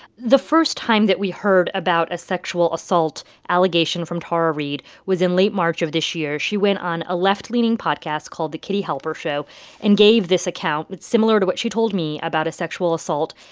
the first time that we heard about a sexual assault allegation from tara reade was in late march of this year. she went on a left-leaning podcast called the katie halper show and gave this account but similar to what she told me about a sexual assault.